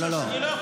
אדוני,